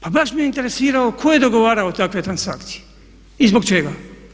Pa baš me interesiralo tko je dogovarao takve transakcije i zbog čega?